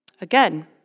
Again